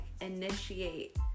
initiate